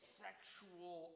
sexual